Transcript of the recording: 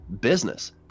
business